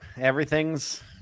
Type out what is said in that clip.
Everything's